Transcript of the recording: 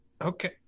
Okay